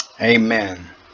amen